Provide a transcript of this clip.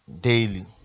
daily